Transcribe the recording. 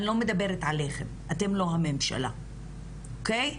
אני לא מדברת עליכם, אתם לא הממשלה, אוקיי?